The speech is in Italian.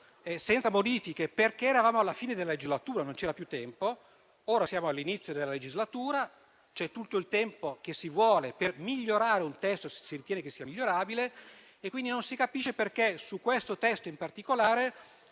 senza modifiche, perché eravamo alla fine della legislatura e non c'era più tempo, ora siamo all'inizio della legislatura e c'è tutto il tempo che si vuole per migliorare un testo, se si ritiene che sia migliorabile. Non si capisce quindi perché su questo testo in particolare